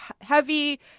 heavy